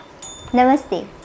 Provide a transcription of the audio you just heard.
Namaste